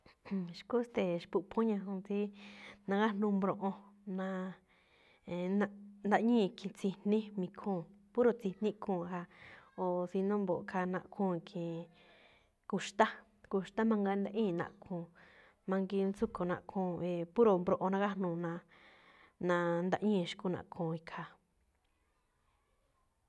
Xkú xte̱e̱, xpu̱ꞌphún ñajuun tsí nagájnuu mbroꞌon, na̱a̱, e̱e̱n, naꞌ-ndaꞌñíi̱ khi- tsi̱jní mi̱khúu̱n, puro tsijní iꞌkhúu̱n jaa̱. O si no mbo̱ꞌ, khaa naꞌkhúu̱n ikhiin ku̱xtá, kuxtá mangaa ndaꞌñíi̱ naꞌkhúu̱n. Mangiin tsúꞌkho̱ naꞌkúu̱n. E̱e̱ puro mbroꞌon nagájnuu̱ na̱a̱ na̱-ndaꞌñíi̱ xkú naꞌkhúu̱n ikhaa̱.